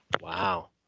Wow